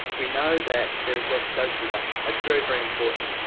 we know that there is less dose reduction, that's very, very important.